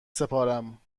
سپارم